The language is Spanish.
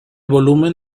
volumen